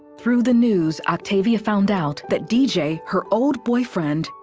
through the news, octavia found out that d j, her old boyfriend,